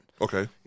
Okay